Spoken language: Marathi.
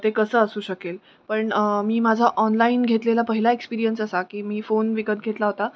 ते कसं असू शकेल पण मी माझा ऑनलाईन घेतलेला पहिला एक्सपिरियनस असा की मी फोन विकत घेतला होता